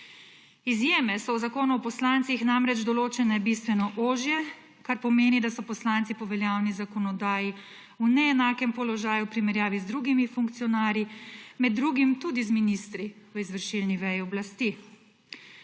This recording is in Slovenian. Izjeme so v Zakonu o poslancih namreč določene bistveno ožje, kar pomeni, da so poslanci po veljavni zakonodaji v neenakem položaju v primerjavi z drugimi funkcionarji, med drugim tudi z ministri v izvršilni veji oblasti.